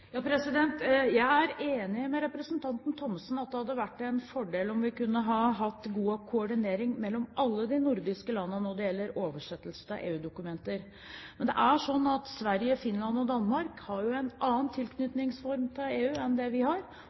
Jeg er enig med representanten Thommessen i at det hadde vært en fordel om vi kunne hatt god koordinering mellom alle de nordiske landene når det gjelder oversettelse av EU-dokumenter. Men det er sånn at Sverige, Finland og Danmark jo har en annen tilknytningsform til EU enn det vi har,